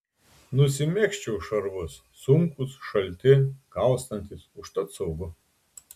nusimegzčiau šarvus sunkūs šalti kaustantys užtat saugu